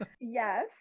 Yes